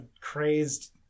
crazed